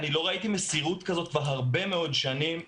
לא ראיתי מסירות כזו כבר הרבה מאוד שנים,